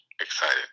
excited